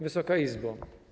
Wysoka Izbo!